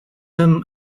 him